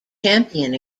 champion